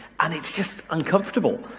and it's just uncomfortable.